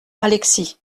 alexis